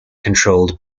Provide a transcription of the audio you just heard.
controlled